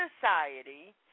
society